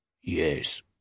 Yes